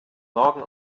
morgen